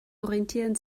orientieren